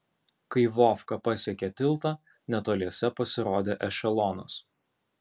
kai vovka pasiekė tiltą netoliese pasirodė ešelonas